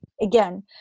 again